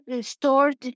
stored